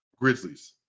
Grizzlies